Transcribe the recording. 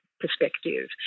Perspective